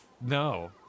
No